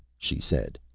she said.